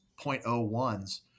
0.01s